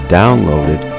downloaded